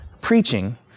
preaching